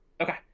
Okay